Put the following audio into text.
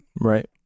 Right